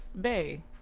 Bay